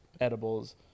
edibles